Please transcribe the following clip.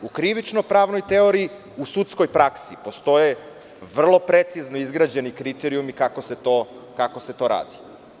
U krivično-pravnoj teoriji, u sudskoj praksi postoje vrlo precizno izgrađeni kriterijumi kako se to radi.